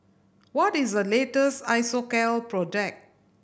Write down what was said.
what is the latest Isocal product